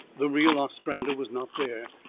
the real ostrander was not there,